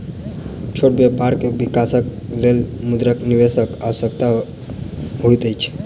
छोट व्यापार के विकासक लेल मुद्रा निवेशकक आवश्यकता होइत अछि